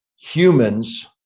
humans